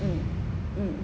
mm